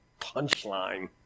punchline